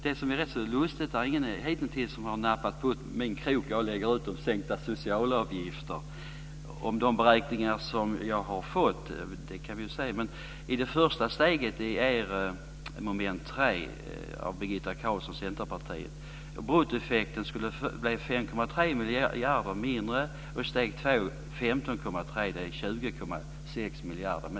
Det som är lustigt är att ingen hitintills har nappat på den krok som jag lade ut om sänkta socialavgifter. De beräkningar som jag har fått när det gäller det särskilda yttrandet under mom. 3 av Birgitta Carlsson visar att i det första steget skulle bruttoeffekten bli 15,3 miljarder. Det är 20,6 miljarder.